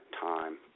time